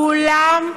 כולם,